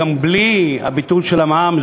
גם בלי הביטול של המע"מ,